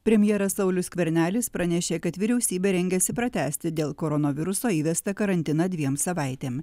premjeras saulius skvernelis pranešė kad vyriausybė rengiasi pratęsti dėl koronaviruso įvestą karantiną dviem savaitėm